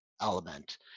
element